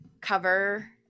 cover